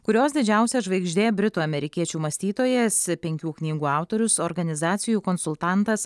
kurios didžiausia žvaigždė britų amerikiečių mąstytojas penkių knygų autorius organizacijų konsultantas